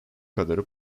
kadarı